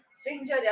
stranger